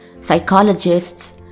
psychologists